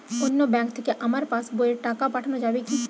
অন্য ব্যাঙ্ক থেকে আমার পাশবইয়ে টাকা পাঠানো যাবে কি?